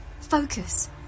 Focus